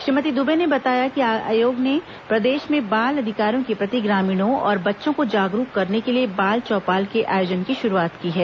श्रीमती दुबे ने बताया कि आयोग ने प्रदेश में बाल अधिकारों के प्रति ग्रामीणों और बच्चों को जागरूक करने के लिए बाल चौपाल के आयोजन की शुरूआत की है